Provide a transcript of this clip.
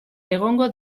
egongo